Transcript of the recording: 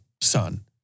son